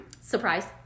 Surprise